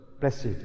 blessed